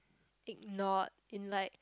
ignored in like